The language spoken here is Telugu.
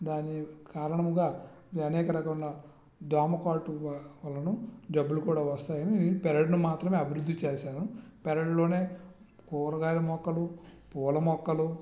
దాని కారణముగా అనేక రకము దోమ కాటు వలన జబ్బులు కూడా వస్తాయని పెరడును మాత్రమే అభివృద్ధి చేశాను పెరడులోనే కూరగాయల మొక్కలు పూల మొక్కలు